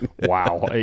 Wow